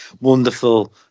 wonderful